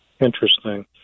Interesting